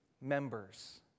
members